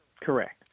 Correct